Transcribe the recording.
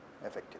effective